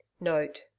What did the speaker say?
Note